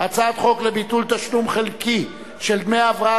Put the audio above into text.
הצעת חוק לביטול תשלום חלקי של דמי הבראה